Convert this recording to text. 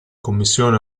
commissione